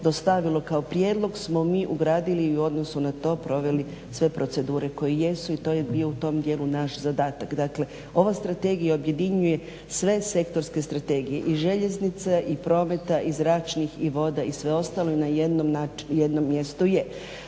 dostavilo kao prijedlog smo mi ugradili i u odnosu na to proveli sve procedure koje jesu i to je bio u tom dijelu naš zadatak. Dakle, ova Strategija objedinjuje sve sektorske strategije i željeznice i prometa i zračnih i voda i sve ostalo. I na jednom mjestu je.